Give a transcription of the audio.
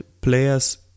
players